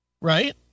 right